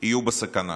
יהיו בסכנה.